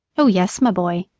oh, yes! my boy,